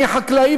אני חקלאי,